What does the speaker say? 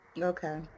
Okay